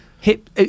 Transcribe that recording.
hip